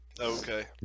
Okay